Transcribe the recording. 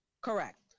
Correct